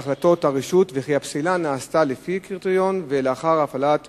החלטות הרשות ושהפסילה נעשתה לפי קריטריון ולאחר הפעלת